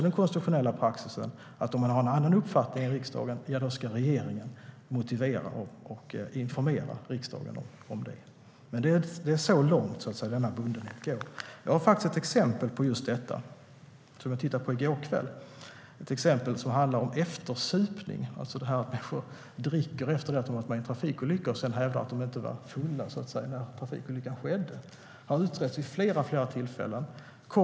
Den konstitutionella praxisen säger att om regeringen har en annan uppfattning än riksdagen ska regeringen informera riksdagen och motivera varför. Det är så långt bundenheten går. Jag hittade ett exempel på detta i går kväll. Det handlar om eftersupning, alltså att människor dricker efter en trafikolycka och sedan hävdar att de inte var fulla när trafikolyckan skedde. Det har utretts vid flera tillfällen.